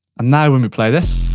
and now, when we play this